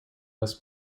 was